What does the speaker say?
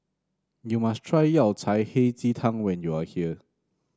you must try Yao Cai Hei Ji Tang when you are here